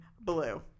blue